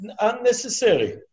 unnecessary